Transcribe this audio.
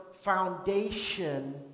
foundation